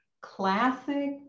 classic